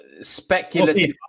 speculative